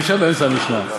אי-אפשר באמצע המשנה,